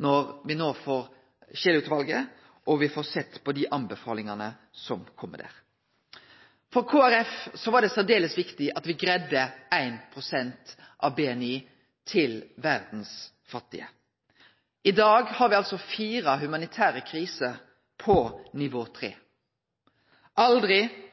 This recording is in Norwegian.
når me no får Scheel-utvalet si innstilling og får sett dei anbefalingane som kjem der. For Kristeleg Folkeparti var det særs viktig at me greidde 1 pst. av BNI til verdas fattige. I dag har me fire humanitære kriser på nivå 3. Aldri